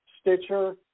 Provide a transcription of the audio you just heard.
Stitcher